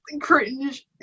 cringe